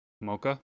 Mocha